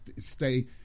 stay